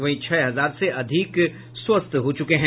वहीं छह हजार से अधिक स्वस्थ हो चुके हैं